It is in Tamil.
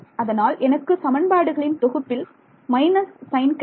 அதனால் எனக்கு சமன்பாடுகளின் தொகுப்பில் மைனஸ் சைன் கிடைக்கும்